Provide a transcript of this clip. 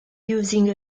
using